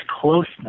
closeness